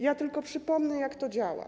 Ja tylko przypomnę, jak to działa.